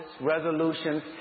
resolutions